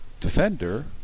defender